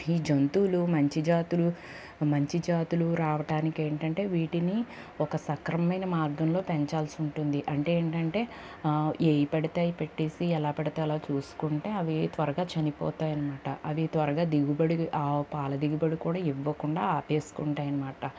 ఈ జంతువులు మంచి జాతులు మంచి జాతులు రావటానికి ఏంటంటే వీటిని ఒక సక్రమమైన మార్గంలో పెంచాల్సి ఉంటుంది అంటే ఏంటంటే ఏవి పడితే అవి పెట్టేసి ఎలా పెడితే అలా చూసుకుంటే అవి త్వరగా చనిపోతాయనమాట అవి త్వరగా దిగుబడి ఆవు పాల దిగుబడి కూడా ఇవ్వకుండా ఆపేసుకుంటాయనమాట